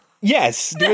Yes